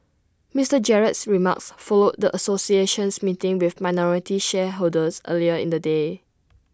Mister Gerald's remarks followed the association's meeting with minority shareholders earlier in the day